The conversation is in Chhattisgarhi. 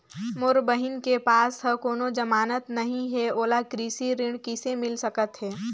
मोर बहिन के पास ह कोनो जमानत नहीं हे, ओला कृषि ऋण किसे मिल सकत हे?